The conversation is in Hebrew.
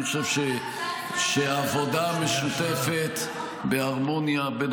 --- אני חושב שהעבודה המשותפת בהרמוניה בין